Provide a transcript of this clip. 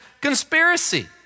conspiracy